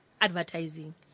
advertising